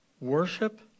worship